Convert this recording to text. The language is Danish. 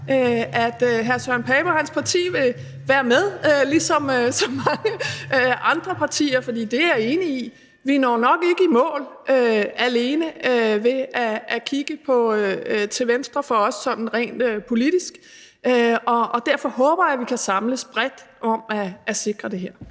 hr. Søren Pape Poulsen og hans parti vil være med ligesom så mange andre partier, for jeg er enig: Vi når nok ikke i mål alene ved at kigge til venstre for os sådan rent politisk. Og derfor håber jeg, vi kan samles bredt om at sikre det her.